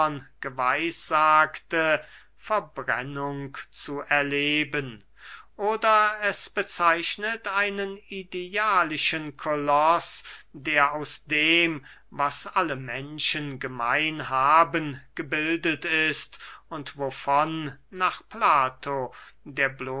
geweissagte verbrennung zu erleben oder es bezeichnet einen idealischen koloß der aus dem was alle menschen gemein haben gebildet ist und wovon nach plato